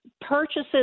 purchases